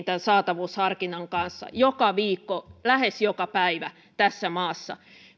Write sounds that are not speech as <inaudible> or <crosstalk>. <unintelligible> tämän saatavuusharkinnan kanssa joka viikko lähes joka päivä tässä maassa